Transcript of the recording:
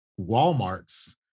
Walmarts